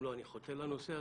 אם לא, אני חוטא לנושא הזה.